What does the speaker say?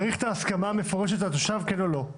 צריך הסכמה מפורשת של התושב או לא?